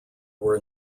were